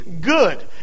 good